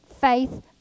faith